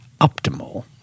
optimal